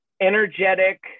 Energetic